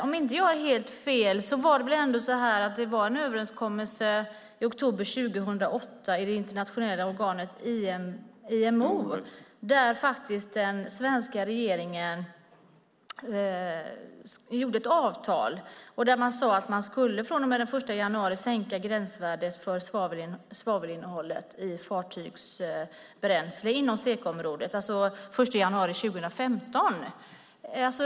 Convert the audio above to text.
Om inte jag har helt fel gjordes det en överenskommelse i oktober 2008 i det internationella organet IMO. Den svenska regeringen gjorde då ett avtal där man sade att man från och med den 1 januari 2015 skulle sänka gränsvärdet för svavelinnehållet i fartygsbränsle inom SECA-området.